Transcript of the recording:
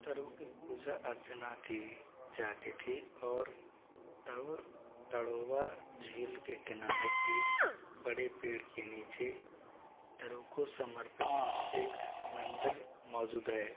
तरु की पूजा अर्चना की जाती थी और तब तड़ोवा झील के किनारे एक बड़े पेड़ के नीचे तरु को समर्पित एक मंदिर मौजूद है